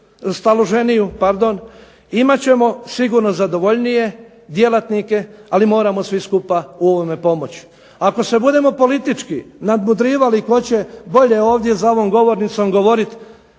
staloženiju, imat ćemo sigurno zadovoljnije djelatnike ali moramo svi skupa u ovome pomoći. Ako se budemo politički nadmudrivali tko će bolje ovdje za ovom govornicom govoriti